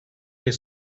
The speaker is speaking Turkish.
ayı